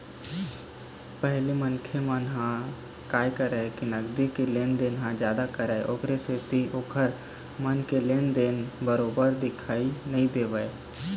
पहिली मनखे मन ह काय करय के नगदी के लेन देन जादा करय ओखर सेती ओखर मन के लेन देन बरोबर दिखउ नइ देवय